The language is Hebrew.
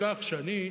כך שאני,